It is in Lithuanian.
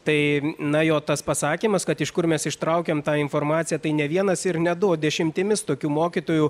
tai na jo tas pasakymas kad iš kur mes ištraukėm tą informaciją tai ne vienas ir ne du o dešimtimis tokių mokytojų